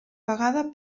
pagada